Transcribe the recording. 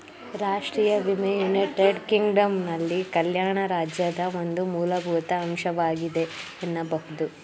ರಾಷ್ಟ್ರೀಯ ವಿಮೆ ಯುನೈಟೆಡ್ ಕಿಂಗ್ಡಮ್ನಲ್ಲಿ ಕಲ್ಯಾಣ ರಾಜ್ಯದ ಒಂದು ಮೂಲಭೂತ ಅಂಶವಾಗಿದೆ ಎನ್ನಬಹುದು